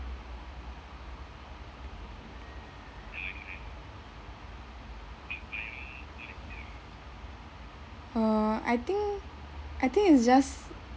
err I think I think it's just